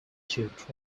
threaten